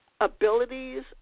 abilities